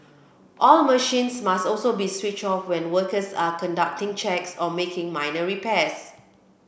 all machines must also be switch off when workers are conducting checks or making minor repairs